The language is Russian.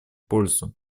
пользу